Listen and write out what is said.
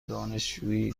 دانشجویی